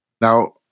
Now